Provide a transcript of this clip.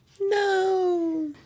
No